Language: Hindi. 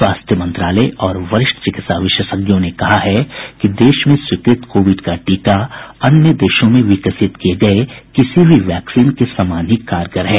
स्वास्थ्य मंत्रालय और वरिष्ठ चिकित्सा विशेषज्ञों ने कहा है कि देश में स्वीकृत कोविड का टीका अन्य देशों में विकसित किये गए किसी भी वैक्सीन के समान ही कारगर है